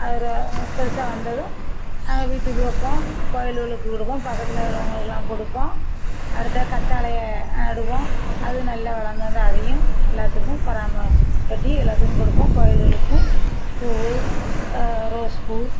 அது ரோ பெருசாக வந்ததும் வீட்டுக்கு வைப்போம் கோவிலுகளுக்கு கொடுப்போம் பக்கத்தில் உள்ளவங்களுக்குலாம் கொடுப்போம் அடுத்தது கற்றாலைய நடுவோம் அது நல்லா வளர்ந்துவாந்தா அதையும் எல்லாத்துக்கும் பராம பட்டி எல்லாத்துக்கும் கொடுப்போம் கோவிலுகளுக்கும் பூ ரோஸ் பூ